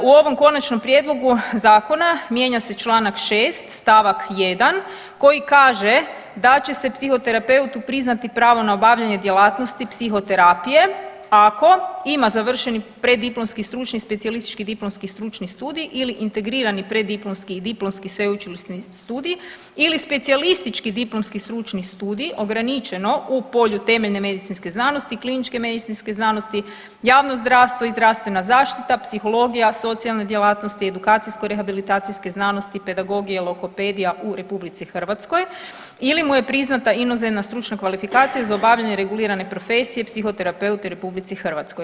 U ovom konačnom prijedlogu zakona mijenja se čl. 6. st. 1. koji kaže da će se psihoterapeutu priznati pravo na obavljanje djelatnosti psihoterapije ako ima završeni preddiplomski stručni specijalistički i diplomski stručni studij ili integrirani preddiplomski i diplomski sveučilišni studij ili specijalistički diplomski stručni studij ograničeno u polju temeljne medicinske znanosti, kliničke medicinske znanosti, javno zdravstvo i zdravstvena zaštita, psihologija, socijalne djelatnosti i edukacijsko rehabilitacijske znanosti, pedagogija, logopedija u RH ili mu je priznata inozemna stručna kvalifikacija za obavljanje regulirane profesije psihoterapeuta u RH.